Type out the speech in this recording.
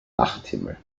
nachthimmel